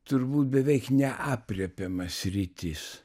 turbūt beveik neaprėpiama sritis